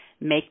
make